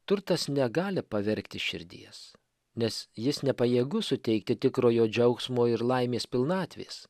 turtas negali pavergti širdies nes jis nepajėgus suteikti tikrojo džiaugsmo ir laimės pilnatvės